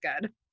good